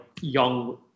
young